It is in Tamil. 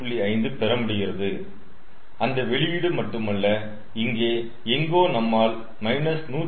5 பெறமுடிகிறது அந்த வெளியீடு மட்டுமல்ல இங்கே எங்கோ நம்மால் 107